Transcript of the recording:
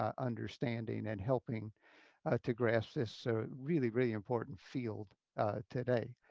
um understanding and helping to grasp this so really, really important field today.